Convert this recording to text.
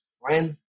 friend